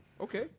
okay